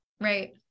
Right